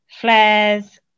flares